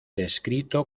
descrito